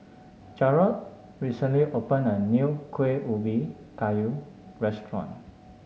Jarrod recently opened a new Kueh Ubi Kayu restaurant